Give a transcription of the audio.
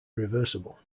reversible